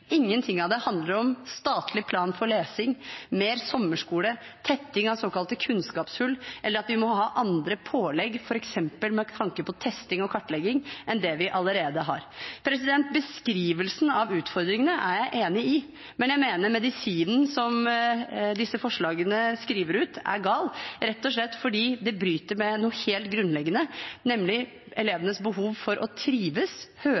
Ingenting av det handler om statlig plan for lesing, mer sommerskole, tetting av såkalte kunnskapshull, eller at vi må ha andre pålegg, f.eks. med tanke på testing og kartlegging, enn dem vi allerede har. Beskrivelsen av utfordringene er jeg enig i, men jeg mener medisinen som disse forslagene skriver ut, er gal, rett og slett fordi det bryter med noe helt grunnleggende, nemlig elevenes behov for å trives, høre